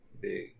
big